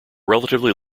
relatively